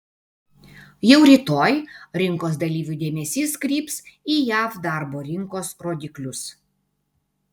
jau rytoj rinkos dalyvių dėmesys kryps į jav darbo rinkos rodiklius